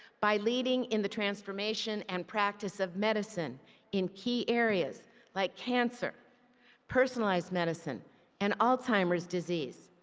by leading in the transformation and practice of medicine in key areas like cancer personalized medicine and alzheimer's disease.